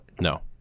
No